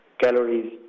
calories